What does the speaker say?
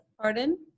pardon